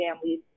families